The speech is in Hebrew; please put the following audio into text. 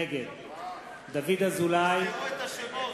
נגד דוד אזולאי, נגד אריאל אטיאס,